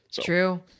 True